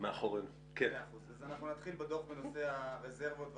נתחיל בדוח בנושא הרזרבות וההוצאות.